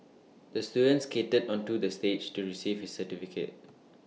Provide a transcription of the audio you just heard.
the student skated onto the stage to receive his certificate